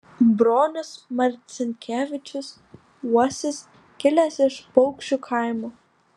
bronius marcinkevičius uosis kilęs iš paukščių kaimo